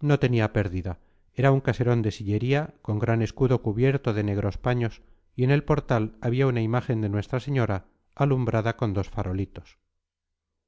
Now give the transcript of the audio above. no tenía pérdida era un caserón de sillería con gran escudo cubierto de negros paños y en el portal había una imagen de nuestra señora alumbrada con dos farolitos